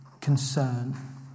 concern